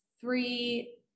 three